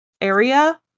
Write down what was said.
area